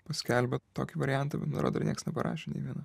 paskelbė tokį variantą bet man atrodo niekas neparašė nė vieno